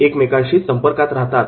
एकमेकांशी संपर्कात राहतात